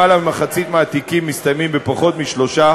למעלה ממחצית מהתיקים מסתיימים בפחות משלושה